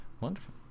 Wonderful